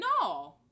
No